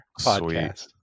podcast